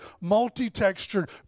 multi-textured